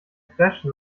fraiche